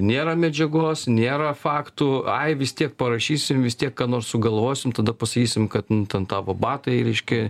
nėra medžiagos nėra faktų ai vis tiek parašysim vis tiek ką nors sugalvosim tada pasakysim kad nu ten tavo batai reiškia